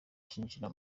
kwinjira